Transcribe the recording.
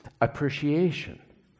appreciation